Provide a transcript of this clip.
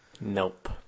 Nope